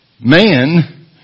man